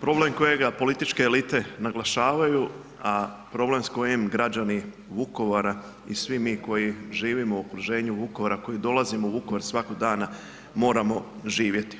problem kojega političke elite naglašavaju, a problem s kojim građani Vukovara i svi mi koji živimo u okruženju Vukovara, koji dolazimo u Vukovar svakog dana moramo živjeti.